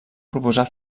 proposar